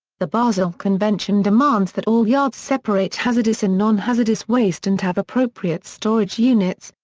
the basel convention demands that all yards separate hazardous and non-hazardous waste and have appropriate storage units,